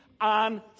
on